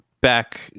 back